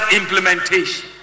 implementation